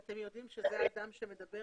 אתם יודעים שזה האדם שמדבר